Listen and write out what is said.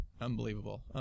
Unbelievable